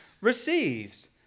receives